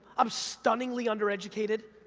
i'm stunningly undereducated,